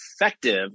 effective